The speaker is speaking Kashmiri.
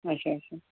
اچھا اچھا